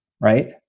right